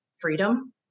freedom